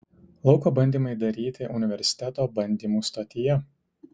lauko bandymai daryti universiteto bandymų stotyje